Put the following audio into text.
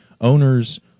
owners